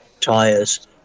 tires